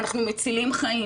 אנחנו מצילים חיים'